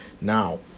Now